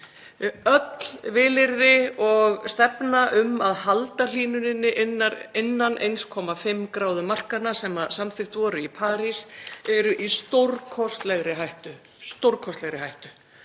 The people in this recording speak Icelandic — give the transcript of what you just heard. Öll vilyrði og stefna um að halda hlýnuninni innan 1,5°C markanna sem samþykkt voru í París eru í stórkostlegri hættu.